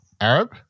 Arab